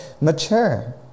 mature